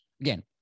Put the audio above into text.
again